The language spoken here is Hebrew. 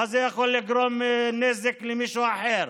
מה זה יכול לגרום נזק למישהו אחר?